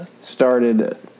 started